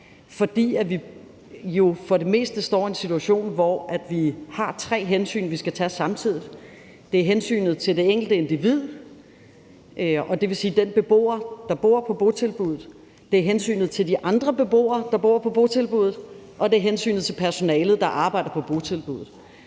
for det meste står i en situation, hvor vi har tre hensyn, vi skal tage samtidigt: Det er hensynet til det enkelte individ, dvs. den beboer, der bor på botilbuddet; det er hensynet til de andre beboere, der bor på botilbuddet; og det er hensynet til personalet, der arbejder på botilbuddet.